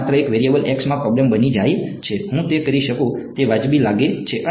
આ માત્ર એક વેરીયબલ x માં પ્રોબ્લેમ બની જાય છે હું તે કરી શકું તે વાજબી લાગે છે